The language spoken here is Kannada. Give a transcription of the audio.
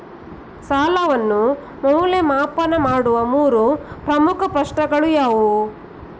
ಸಾಲವನ್ನು ಮೌಲ್ಯಮಾಪನ ಮಾಡುವ ಮೂರು ಪ್ರಮುಖ ಪ್ರಶ್ನೆಗಳು ಯಾವುವು?